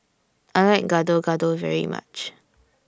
I like Gado Gado very much